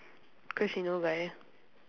cause she no guy